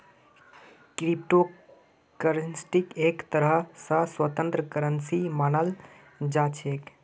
crypto करन्सीक एक तरह स स्वतन्त्र करन्सी मानाल जा छेक